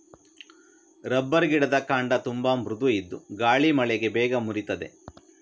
rubber ಗಿಡದ ಕಾಂಡ ತುಂಬಾ ಮೃದು ಇದ್ದು ಗಾಳಿ ಮಳೆಗೆ ಬೇಗ ಮುರೀತದೆ